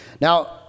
Now